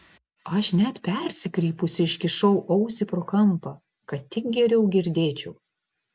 aš net persikreipusi iškišau ausį pro kampą kad tik geriau girdėčiau